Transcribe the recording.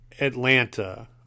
Atlanta